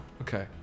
Okay